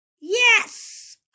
Yes